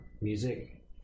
music